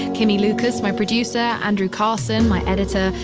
kimmie lucas, my producer, andrew carson, my editor.